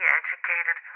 educated